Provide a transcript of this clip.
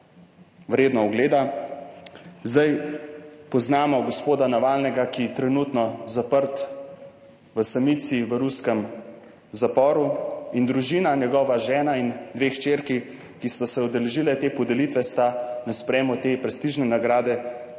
vredno ogleda. Zdaj, poznamo gospoda Navalnega, ki je trenutno zaprt v samici, v ruskem zaporu, in družina, njegova žena in dve hčerki, ki sta se udeležile te podelitve, sta na sprejemu te prestižne nagrade dejale